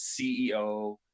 CEO